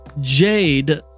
jade